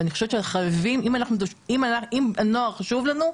אם הנוער חשוב לנו,